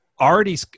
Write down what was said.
already